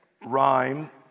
rhyme